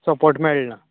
support मेळ्ळ ना